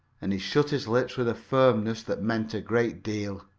and he shut his lips with a firmness that meant a great deal.